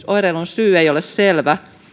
oireilun syy ei ole selvä